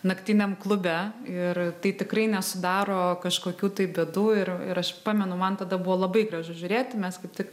naktiniam klube ir tai tikrai nesudaro kažkokių tai bėdų ir ir aš pamenu man tada buvo labai gražu žiūrėti mes kaip tik